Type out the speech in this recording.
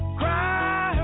cry